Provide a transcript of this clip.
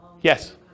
Yes